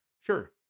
Sure